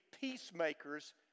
peacemakers